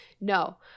No